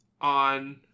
on